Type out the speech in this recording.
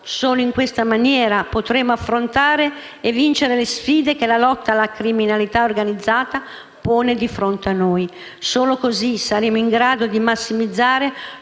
Solo in questa maniera potremo affrontare e vincere le sfide che la lotta alla criminalità organizzata pone di fronte a noi. Solo così saremo in grado di massimizzare